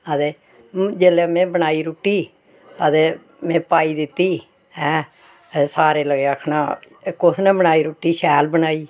लग्गे दे जेहदी वजह नै अस जिन्नी बी स्हाड़ी प्रोग्रेस ऐ जिन्ना बी अस मतलब के जेकर रनिंग जेहके असें दौड़ लाई दी ऐ ओह्दा जेहका जिन्ना बी स्हाड़़ा